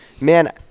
Man